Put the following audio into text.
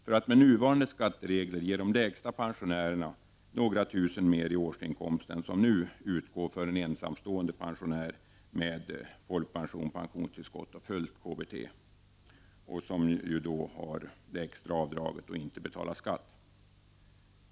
för att med nuvarande skatteregler ge de lägsta pensionärerna några tusen mer i årsinkomst än vad som nu utgår för en ensamstående pensionär som har folkpension, pensionstillskott och fullt KBT och som genom det extra avdraget inte behöver betala skatt.